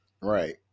Right